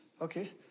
okay